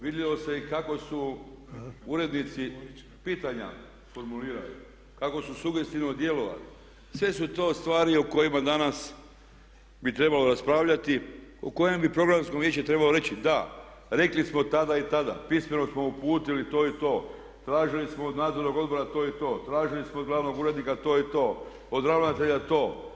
Vidilo se i kako su urednici pitanja formulirali, kako su sugestivno djelovali, sve su to stvari o kojima danas bi trebalo raspravljati o kojem bi programsko vijeće trebao reći da, rekli smo tada i tada, pismeno smo uputili to i to, tražili smo od nadzornog odbora to i to, tražili smo od glavnog urednika to i to, od ravnatelja to.